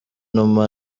numa